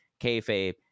kayfabe